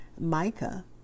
Micah